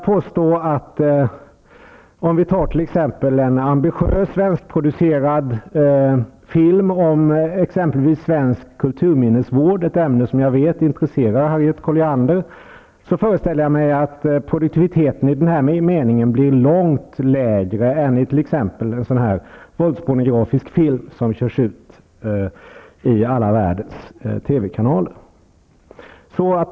För t.ex. en ambitiös svenskproducerad film om exempelvis svensk kulturminnesvård -- ett ämne som jag vet intresserar Harriet Colliander -- föreställer jag mig att produktiviteten i den här meningen blir mycket lägre än för t.ex. en våldspornografisk film som körs ut på alla världens TV-kanaler.